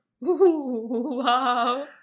wow